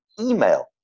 email